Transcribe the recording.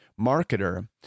marketer